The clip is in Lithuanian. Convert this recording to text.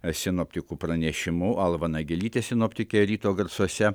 sinoptikų pranešimų alva nagelytė sinoptikė ryto garsuose